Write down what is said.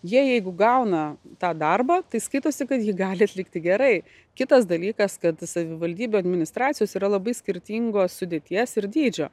jie jeigu gauna tą darbą tai skaitosi kad jį gali atlikti gerai kitas dalykas kad savivaldybių administracijos yra labai skirtingos sudėties ir dydžio